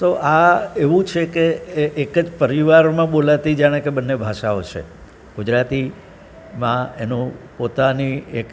તો આ એવું છે કે એક જ પરિવારમાં બોલાતી જાણે કે બંને ભાષાઓ છે ગુજરાતીમાં એની પોતાની એક